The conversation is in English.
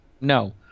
no